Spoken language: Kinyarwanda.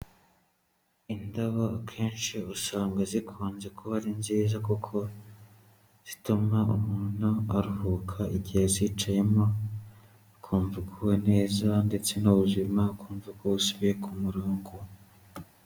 Indabo akenshi usanga zikunze kuba ari nziza, kuko zituma umuntu aruhuka igihe azicayemo, ukumva ugugwa neza ndetse n'ubuzima ukumva ko busubiye ku murongo.